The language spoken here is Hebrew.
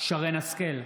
שרן מרים השכל,